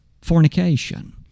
fornication